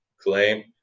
claim